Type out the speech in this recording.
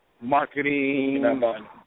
marketing